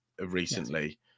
recently